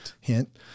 Hint